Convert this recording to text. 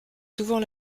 souvent